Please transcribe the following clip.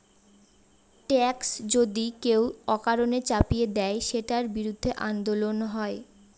tax যদি কেউ অকারণে চাপিয়ে দেয়, সেটার বিরুদ্ধে আন্দোলন হয়